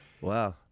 wow